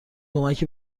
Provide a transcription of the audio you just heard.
کمکی